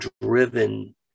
driven